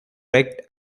wrecked